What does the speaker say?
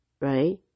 right